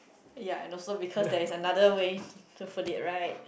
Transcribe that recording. ya and also because there is another way to put it right